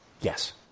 Yes